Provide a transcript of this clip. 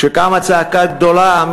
שקמה צעקה גדולה.